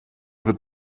wird